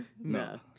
No